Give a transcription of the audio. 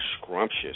scrumptious